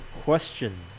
question